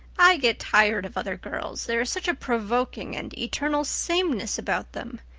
i get tired of other girls there is such a provoking and eternal sameness about them.